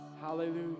Hallelujah